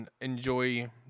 enjoy